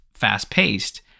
fast-paced